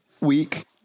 week